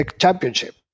championship